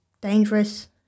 dangerous